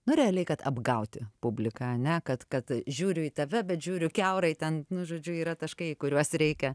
nu realiai kad apgauti publiką ane kad kad žiūriu į tave bet žiūriu kiaurai ten nu žodžiu yra taškai į kuriuos reikia